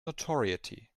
notoriety